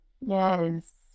Yes